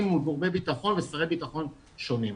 מול גורמי בטחון ושרי ביטחון שונים.